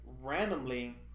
randomly